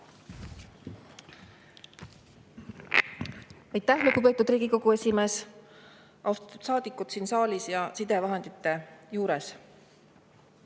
Aitäh, lugupeetud Riigikogu esimees! Austatud saadikud siin saalis ja sidevahendite juures!